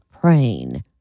praying